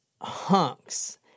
hunks